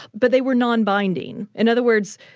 but they were non-binding. in other words,